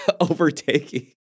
overtaking